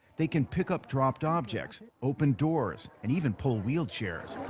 they can pick up dropped objects, open doors, and even pull wheelchairs.